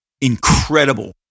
incredible